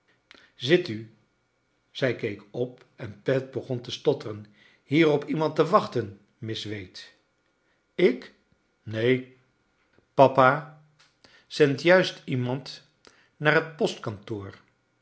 zit u zij keek op en pet begon te stotteren hier op iemand te wachten miss wade ik neen charles dickens papa zendt juist iemand naox het